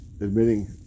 admitting